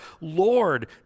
Lord